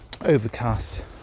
overcast